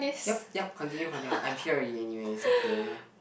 yup yup continue continue I'm here anyways it's okay